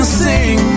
sing